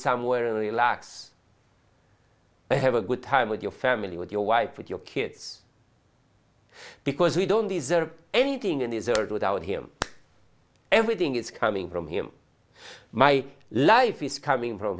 somewhere in the last to have a good time with your family with your wife with your kids because we don't deserve anything in this earth without him everything is coming from him my life is coming from